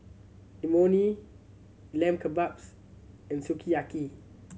Imoni Lamb Kebabs and Sukiyaki